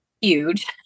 huge